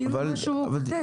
כאילו מה שהוא כותב.